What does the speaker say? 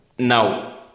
Now